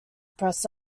press